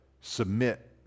submit